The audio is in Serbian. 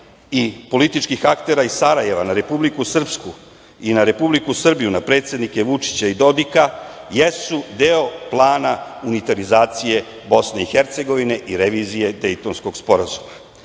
i političkih aktera iz Sarajeva na Republiku Srpsku i na Republiku Srbiju, na predsednike Vučića i Dodika jesu deo plana unitarizacije BiH i revizije Dejtonskog sporazuma. Gotovo